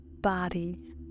body